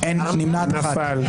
נפל.